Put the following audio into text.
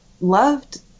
loved